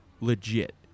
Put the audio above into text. legit